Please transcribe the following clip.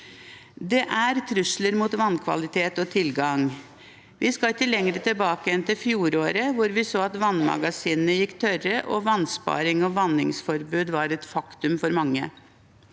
Det er trusler mot vann kvalitet og tilgang. Vi skal ikke lenger tilbake enn til fjoråret, da vi så at vannmagasinene gikk tørre og vannsparing og vanningsforbud var et faktum for mange.